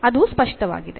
ಅದು ಸ್ಪಷ್ಟವಾಗಿದೆ